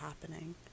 happening